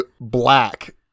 black